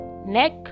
neck